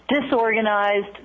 disorganized